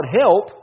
help